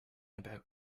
about